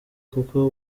kuko